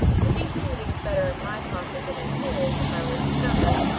but thinking that it was better in my pocket than in his if i were discovered,